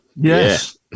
Yes